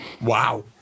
Wow